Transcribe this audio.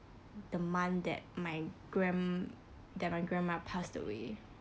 the month that my grand~ that my grandma passed away